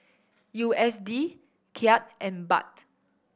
U S D Kyat and Baht